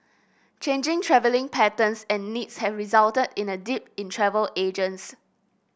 changing travelling patterns and needs have resulted in a dip in travel agents